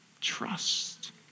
trust